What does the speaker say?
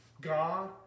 God